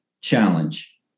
challenge